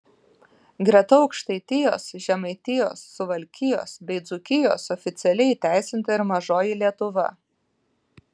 greta aukštaitijos žemaitijos suvalkijos bei dzūkijos oficialiai įteisinta ir mažoji lietuva